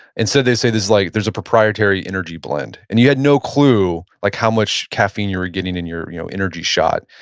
and so, they say it's like there's a proprietary energy blend and you had no clue like how much caffeine you're getting in your you know energy shot.